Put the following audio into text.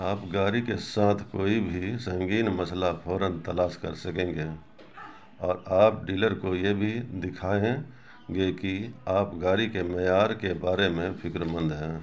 آپ گاڑی کے ساتھ کوئی بھی سنگین مسئلہ فوراً تلاش کرسکیں گے اور آپ ڈیلر کو یہ بھی دکھائیں گے کہ آپ گاڑی کے معیار کے بارے میں فکر مند ہیں